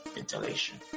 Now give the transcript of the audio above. Ventilation